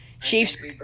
Chiefs